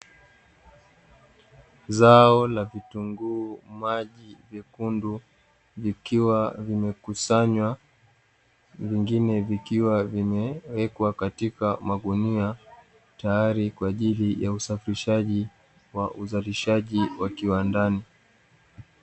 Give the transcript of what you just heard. Zao la vitunguu maji vyekundu vikiwa vimekusanywa vingine vikiwa vimeekwa katika magunia, tayari kwa ajili ya usafirishaji wa uzalishaji wa kiwandani.